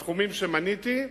בתחום שמניתי,